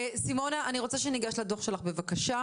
סימונה, אני רוצה שניגש לדוח שלך בבקשה.